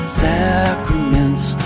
sacraments